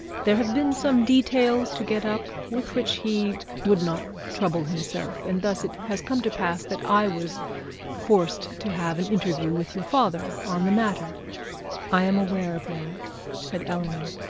there have been some details to get up with which he would not trouble himself, and thus it has come to pass that i was forced to have an interview with your father on the matter i am aware of that said eleanor.